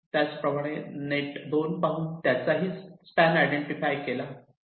त्याचप्रमाणे नेट 2 पाहून त्याचा स्पॅन आयडेंटिफाय केला